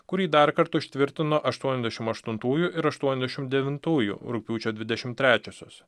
kurį darkart užtvirtino aštuoniasdešimt aštuntųjų ir aštuoniasdešimt devintųjų rugpjūčio dvidešimt trečiosios